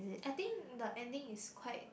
I think the ending is quite